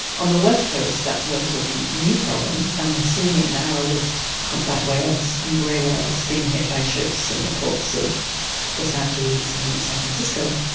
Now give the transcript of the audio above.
on the west coast, that's a relatively new problem and we're seeing it now with humpback whales and grey whales being hit by ships in the ports of los angeles and san francisco.